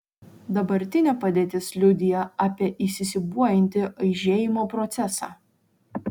dabartinė padėtis liudija apie įsisiūbuojantį aižėjimo procesą